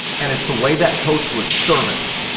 and it's the way that coach was serviced.